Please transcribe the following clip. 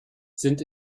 sind